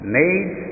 made